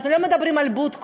אנחנו לא מדברים על בודקות,